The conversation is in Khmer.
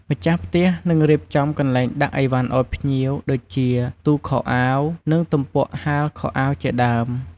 ម្ចាស់ផ្ទះនឹងរៀបចំកន្លែងដាក់ឥវ៉ាន់ឲ្យភ្ញៀវ ដូចជា ទូខោអាវ និង ទំពក់ហាលខោអាវជាដើម។